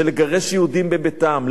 של לגרש יהודים מביתם,